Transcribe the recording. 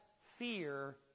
fear